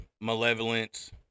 malevolence